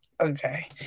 okay